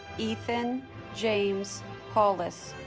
ethan james paulus